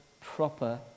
proper